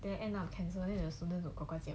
they end up cancel then you sometimes you can